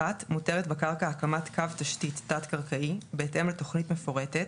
(1) מותרת בקרקע הקמת קו תשתית תת-קרקעי בהתאם לתכנית מפורטת